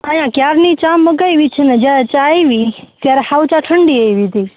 અહિયાં ક્યારની ચા મંગાવી છેને જ્યાં ચા આઇવી ત્યારે હાવ ચા ઠંડી આઇવી તી